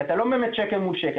אתה לא באמת מקצץ שקל מול שקל.